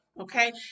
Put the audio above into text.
okay